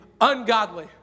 ungodly